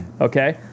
okay